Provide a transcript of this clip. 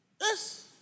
Yes